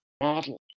model